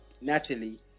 Natalie